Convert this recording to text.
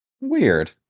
Weird